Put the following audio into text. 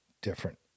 different